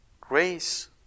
grace